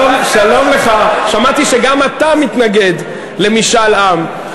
שמעתי שגם אתה מתנגד למשאל עם.